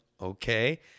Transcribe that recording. okay